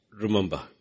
remember